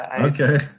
Okay